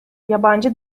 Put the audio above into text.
yabancı